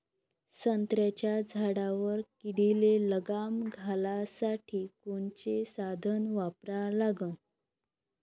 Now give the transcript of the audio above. संत्र्याच्या झाडावर किडीले लगाम घालासाठी कोनचे साधनं वापरा लागन?